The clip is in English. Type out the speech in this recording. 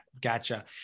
Gotcha